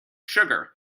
sugar